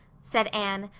said anne,